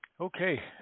Okay